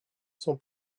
son